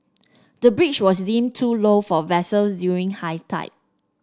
the bridge was deemed too low for vessel during high tide